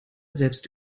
selbst